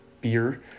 beer